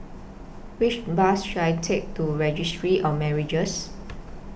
Which Bus should I Take to Registry of Marriages